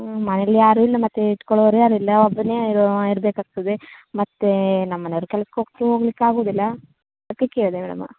ಮನೆಲ್ಲಿ ಯಾರೂ ಇಲ್ಲ ಮತ್ತು ಇಟ್ಕೊಳೋರೂ ಯಾರಿಲ್ಲ ಒಬ್ಬನೇ ಇರ್ ಇರ್ಬೇಕಾಗ್ತದೆ ಮತ್ತು ನಮ್ಮ ಮನೆಯವರು ಕೆಲ್ಸಕ್ಕೆ ಹೋಗ್ಲಿಕ್ಕೆ ಆಗೋದಿಲ್ಲ ಅದಕ್ಕೆ ಕೇಳಿದೆ ಮೇಡಮ